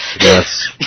Yes